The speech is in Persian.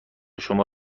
شما